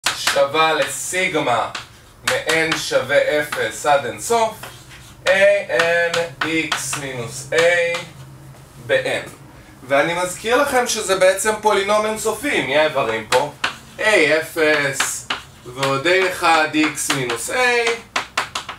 שווה לסיגמא מ-n שווה 0 עד אינסוף a m x מינוס a ב-n. ואני מזכיר לכם שזה בעצם פולינום אינסופי, אם יהיה איברים פה. a 0 ועוד a 1 x מינוס a.